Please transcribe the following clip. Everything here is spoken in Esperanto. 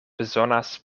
bezonas